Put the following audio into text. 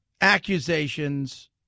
accusations